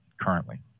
currently